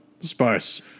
spice